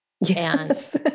yes